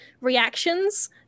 reactions